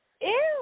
ew